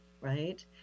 right